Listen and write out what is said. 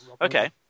Okay